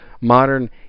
Modern